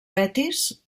betis